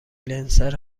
لنسر